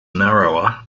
narrower